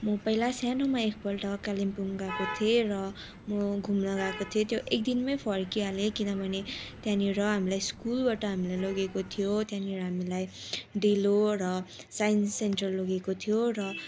म पहिला सानोमा एकपल्ट कालिम्पोङ गएको थिएँ र म घुम्न गएको थिएँ त्यो एकदिनमै फर्किहालेँ किनभने त्यहाँनिर हामीलाई स्कुलबाट हामीलाई लगेको थियो त्यहाँनिर हामीलाई डेलो र साइन्स सेन्टर लगेको थियो र